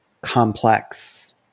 complex